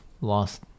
lost